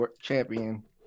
champion